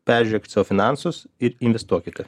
peržiūrėkit savo finansus ir investuokite